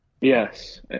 Yes